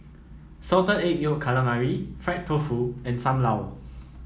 Salted Egg Yolk Calamari Fried Tofu and Sam Lau